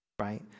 right